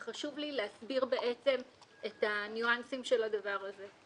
וחשוב לי להסביר את הניואנסים של הדבר הזה.